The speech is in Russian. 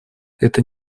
это